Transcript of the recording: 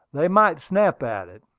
they might snap at it.